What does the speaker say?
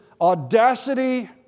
audacity